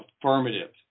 affirmative